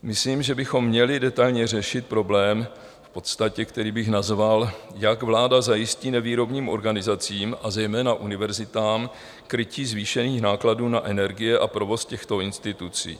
Myslím, že bychom měli detailně řešit problém v podstatě, který bych nazval: Jak vláda zajistí nevýrobním organizacím a zejména univerzitám krytí zvýšených nákladů na energie a provoz těchto institucí?